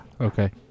Okay